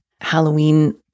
Halloween